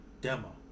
demo